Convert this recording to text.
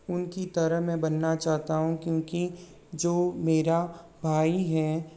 उनकी तरह मैं बनना चाहता हूँ क्योंकि जो मेरा भाई है